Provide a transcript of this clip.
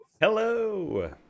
Hello